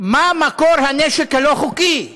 מה מקור הנשק הלא-חוקי.